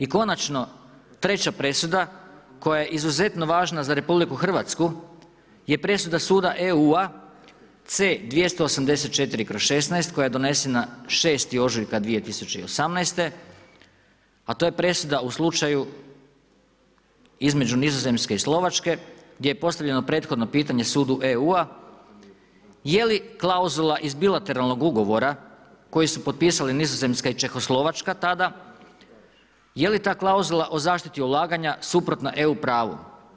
I konačno treća presuda koja je izuzetno važna za RH je presuda suda EU-a C284/16 koja je donesena 6. ožujka 2018., a to je presuda u slučaju između Nizozemske i Slovačke gdje je postavljeno prethodno pitanje sudu EU-a jeli klauzula iz bilateralnog ugovora koji su potpisali Nizozemska i Čehoslovačka tada jeli ta klauzula o zaštiti ulaganja suprotna EU pravu.